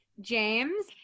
James